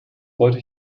wollte